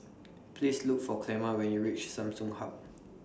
Please Look For Clemma when YOU REACH Samsung Hub